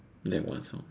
name one song